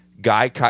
guy